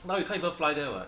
now you can't even fly there [what]